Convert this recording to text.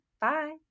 Bye